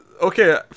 Okay